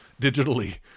digitally